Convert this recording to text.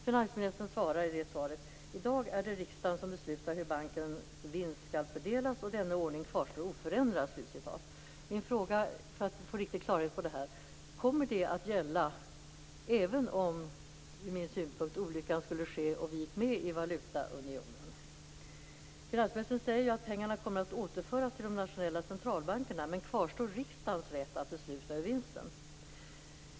Finansministern svarar följande: "I dag är det riksdagen som beslutar hur bankens vinst skall fördelas, och denna ordning kvarstår oförändrad". Min fråga för att få riktig klarhet i detta är följande. Kommer det att gälla även om det ur min synvinkel skulle ske en olycka och vi gick med i valutaunionen? Finansministern säger ju att pengarna kommer att återföras till de nationella centralbankerna, men kvarstår riksdagens rätt att besluta över vinsten?